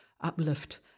uplift